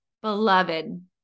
Beloved